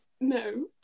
no